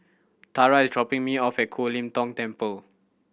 Tara is dropping me off at Ho Lim Kong Temple